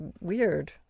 weird